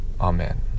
Amen